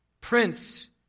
Prince